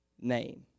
name